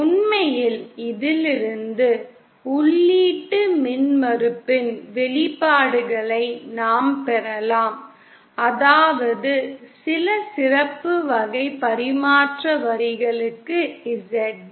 உண்மையில் இதிலிருந்து உள்ளீட்டு மின்மறுப்பின் வெளிப்பாடுகளை நாம் பெறலாம் அதாவது சில சிறப்பு வகை பரிமாற்ற வரிகளுக்கு Zd